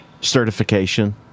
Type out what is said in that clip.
certification